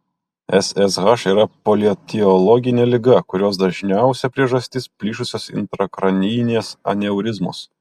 ssh yra polietiologinė liga kurios dažniausia priežastis plyšusios intrakranijinės aneurizmos